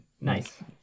nice